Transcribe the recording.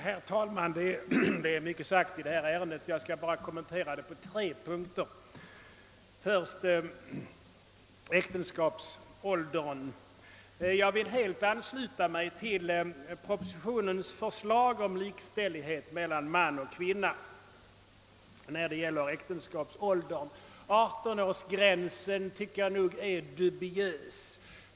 Herr talman! Det har sagts mycket i detta ärende. Jag skall bara kommentera det på tre punkter. Först några ord om äktenskapsåldern. Jag vill helt ansluta mig till propositionens förslag om likställighet mellan man och kvinna när det gäller äktenskapsålder, men jag tycker att 18-årsgränsen är dubiös.